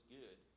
good